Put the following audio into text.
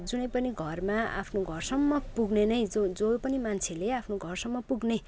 जुनै पनि घरमा आफ्नो घरसम्म पुग्ने नै जो जो पनि मान्छेले आफ्नो घरसम्म पुग्ने